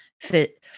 fit